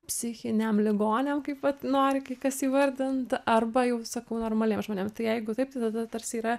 psichiniam ligoniam kaip vat nori kai kas įvardint arba jau sakau normaliem žmonėm tai jeigu taip tada tarsi yra